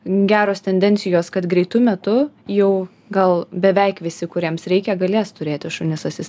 geros tendencijos kad greitu metu jau gal beveik visi kuriems reikia galės turėti šunis asistentus